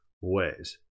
ways